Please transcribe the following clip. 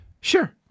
sure